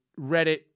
Reddit